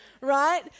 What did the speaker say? right